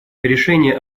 решения